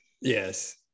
yes